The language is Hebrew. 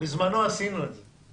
בזמנו עשינו את זה